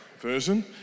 version